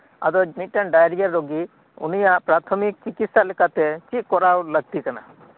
ᱟᱫᱚ ᱢᱤᱫᱴᱟᱝ ᱰᱟᱭᱨᱤᱭᱟ ᱨᱩᱜᱤ ᱩᱱᱤᱭᱟᱜ ᱯᱨᱟᱛᱷᱚᱢᱤᱠ ᱪᱤᱠᱤᱛᱥᱟ ᱞᱮᱠᱟᱛᱮ ᱪᱮᱫ ᱠᱚᱨᱟᱣ ᱞᱟᱹᱠᱛᱤ ᱠᱟᱱᱟ